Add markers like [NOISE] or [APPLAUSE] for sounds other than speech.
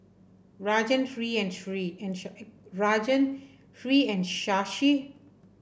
Rajan Hri and Hri and [UNINTELLIGIBLE] Rajan Hri and Shashi